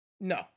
No